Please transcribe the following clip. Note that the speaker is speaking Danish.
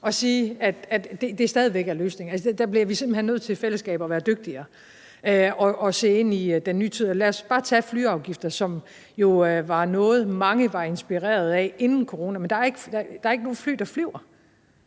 og sige, at det stadig væk er løsningen. Der bliver vi simpelt hen nødt til i fællesskab at være dygtigere og se ind i den nye tid. Lad os bare tage flyafgifter, som jo var noget, mange var inspireret af inden corona, men der er ikke nogen fly, der flyver